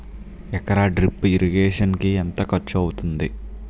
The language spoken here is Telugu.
ఎకర డ్రిప్ ఇరిగేషన్ కి ఎంత ఖర్చు అవుతుంది?